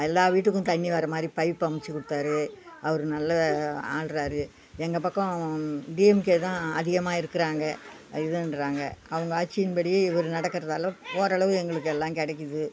எல்லா வீட்டுக்கும் தண்ணி வர்ற மாதிரி பைப்பு அமைச்சி கொடுத்தாரு அவர் நல்லா ஆள்கிறாரு எங்கள் பக்கம் டிஎம்கே தான் அதிகமாக இருக்கிறாங்க இதுன்றாங்க அவங்க ஆட்சியின்படி இவர் நடக்கிறதால ஓரளவு எங்களுக்கு எல்லாம் கிடைக்கிது